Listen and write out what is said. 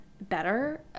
better